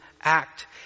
act